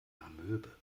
amöbe